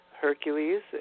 Hercules